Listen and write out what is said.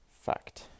Fact